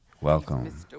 welcome